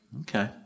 Okay